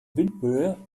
windböe